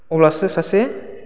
अब्लासो सासे